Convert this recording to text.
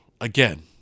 again